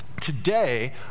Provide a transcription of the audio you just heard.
Today